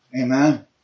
Amen